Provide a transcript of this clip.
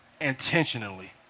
intentionally